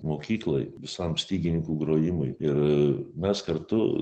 mokyklai visam stygininkų grojimui ir mes kartu